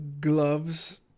gloves